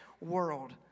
world